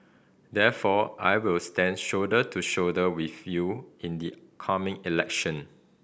therefore I will stand shoulder to shoulder with you in the coming election